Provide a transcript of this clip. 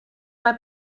mae